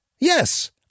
Yes